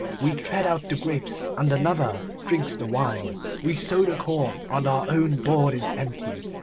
we tread out the grapes, and another drinks the wine. we sow the corn, and our own board is empty.